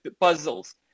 puzzles